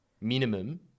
minimum